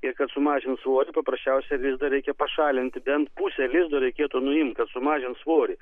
ir kad sumažint svorį paprasčiausiai lizdą reikia pašalinti bent pusę lizdo reikėtų nuimti sumažint svorį